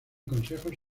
consejos